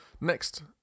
next